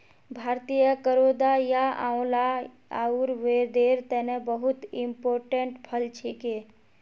भारतीय करौदा या आंवला आयुर्वेदेर तने बहुत इंपोर्टेंट फल छिके